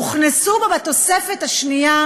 הוכנסו בו בתוספת השנייה